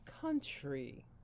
country